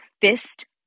fist